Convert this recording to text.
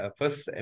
first